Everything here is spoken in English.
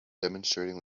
demonstrating